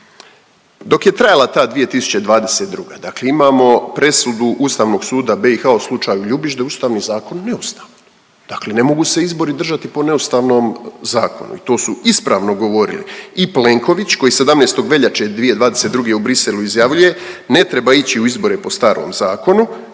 Dok je trajala ta 2022., dakle imamo presudu Ustavnog suda BiH u slučaju Ljubić da je ustavni zakon neustavan, dakle ne mogu se izbori držati po neustavnom zakonu i to su ispravno govorili i Plenković koji 17. veljače 2022. u Briselu izjavljuje „ne treba ići u izbore po starom zakonu“